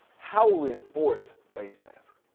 how will we enforce face masks?